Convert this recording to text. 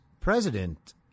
president